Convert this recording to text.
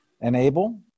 Enable